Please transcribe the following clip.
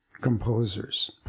composers